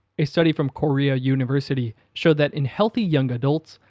a study from korea university showed that in healthy young adults,